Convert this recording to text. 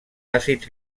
àcids